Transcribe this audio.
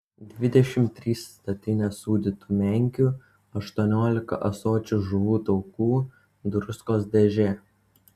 dvidešimt trys statinės sūdytų menkių aštuoniolika ąsočių žuvų taukų druskos dėžė